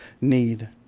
need